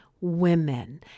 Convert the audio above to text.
women